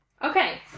Okay